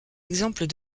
exemples